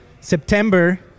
September